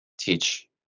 teach